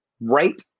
right